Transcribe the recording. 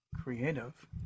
creative